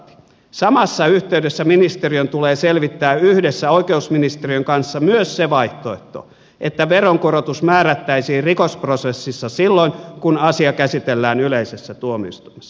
samassa yhteydessä ministeriön tulee selvittää yhdessä oikeusministeriön kanssa myös se vaihtoehto että veronkorotus määrättäisiin rikosprosessissa silloin kun asia käsitellään yleisessä tuomioistuimessa